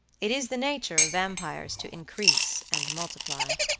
it is the nature of vampires to increase and multiply,